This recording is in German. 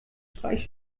streich